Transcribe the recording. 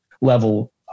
level